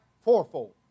fourfold